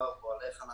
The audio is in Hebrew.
איך אנחנו